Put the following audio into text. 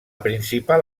principal